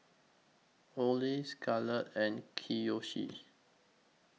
Ole Scarlett and Kiyoshi